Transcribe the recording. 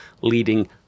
leading